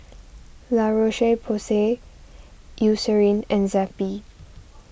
La Roche Porsay Eucerin and Zappy